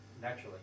naturally